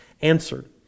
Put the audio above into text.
answered